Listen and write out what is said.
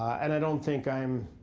and i don't think i'm